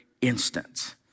instance